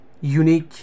unique